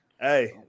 Hey